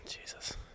Jesus